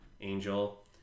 angel